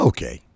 Okay